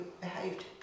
behaved